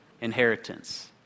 inheritance